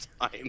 time